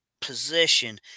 position